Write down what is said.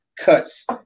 cuts